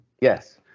Yes